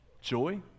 Joy